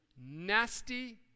nasty